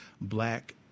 black